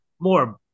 more